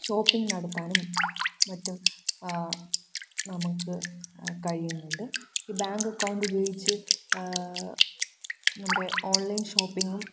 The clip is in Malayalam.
ഷോപ്പിംഗ് നടത്താനും മറ്റും നമുക്ക് കഴിയുന്നുണ്ട് ഈ ബാങ്ക് അക്കൗണ്ട് ഉപയോഗിച്ച് നമ്മുടെ ഓൺലൈൻ ഷോപ്പിങ്ങും